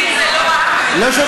אני לא שומע.